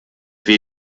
wir